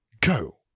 go